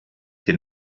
den